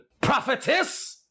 prophetess